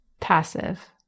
Passive